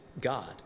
god